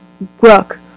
Brooke